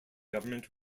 government